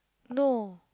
no